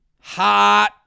hot